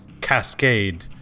cascade